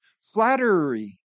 Flattery